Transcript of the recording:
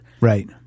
Right